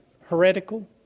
heretical